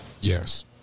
Yes